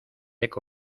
eco